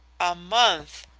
a month!